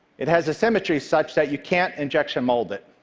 it has a symmetry such that you can't injection mold it.